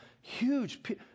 huge